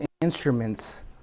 instruments